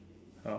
ah